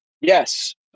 Yes